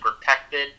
protected